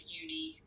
uni